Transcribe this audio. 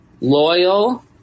loyal